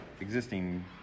existing